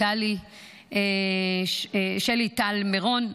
שלי טל מירון,